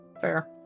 Fair